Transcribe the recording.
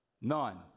None